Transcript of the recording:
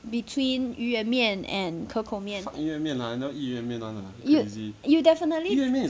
between 鱼圆面 and 可口面 you'd you'd definitely